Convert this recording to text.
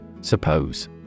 Suppose